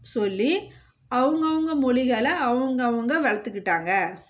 சொல்லி அவங்கவுங்க மொழிகல அவங்கவுங்க வளர்த்துக்கிட்டாங்க